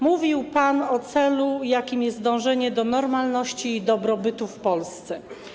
Mówił pan o celu, jakim jest dążenie do normalności i dobrobytu w Polsce.